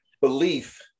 Belief